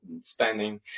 spending